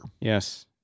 Yes